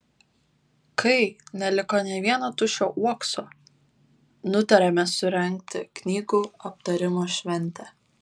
kai neliko nė vieno tuščio uokso nutarėme surengti knygų aptarimo šventę